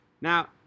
Now